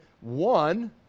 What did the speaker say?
One